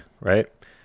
right